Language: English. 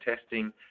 testing